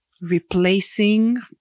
replacing